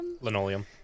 Linoleum